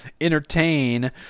entertain